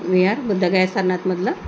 Vihar Bodhgaya सारनाथमधलं